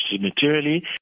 materially